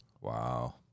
Wow